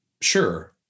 Sure